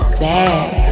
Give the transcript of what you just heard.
bad